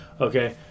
okay